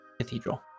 cathedral